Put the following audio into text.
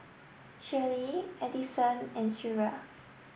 Shirlie Edison and Shreya